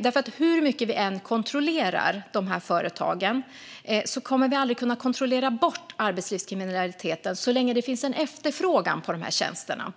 Det är att hur mycket vi än kontrollerar de här företagen kommer vi aldrig att kunna kontrollera bort arbetslivskriminaliteten så länge det finns en efterfrågan på de här tjänsterna.